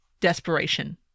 desperation